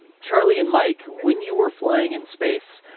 charlie and mike, when you were flying in space,